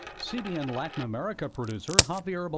cbn latin america producer javier but